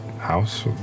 house